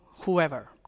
whoever